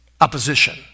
opposition